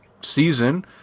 season